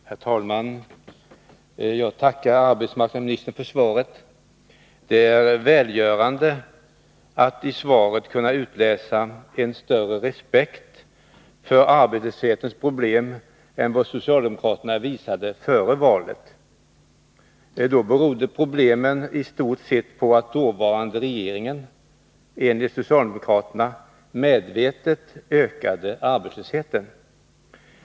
Herr talman! Jag tackar arbetsmarknadsministern för svaret. Det är välgörande att i svaret kunna utläsa en större respekt för arbetslöshetens problem än vad socialdemokraterna visade före valet. Då berodde problemen i stort sett på att dåvarande regering — enligt socialdemokraterna — medvetet ökade arbetslösheten.